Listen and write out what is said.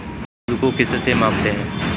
दूध को किस से मापते हैं?